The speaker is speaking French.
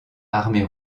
armée